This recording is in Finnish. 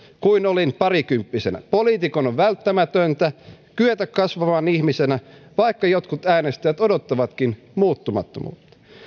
kuin olin parikymppisenä poliitikon on välttämätöntä kyetä kasvamaan ihmisenä vaikka jotkut äänestäjät odottavatkin muuttumattomuutta